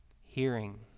Hearing